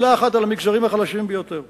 מלה אחת על המגזרים החלשים ביותר.